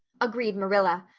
agreed marilla.